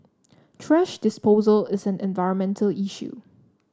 thrash disposal is an environmental issue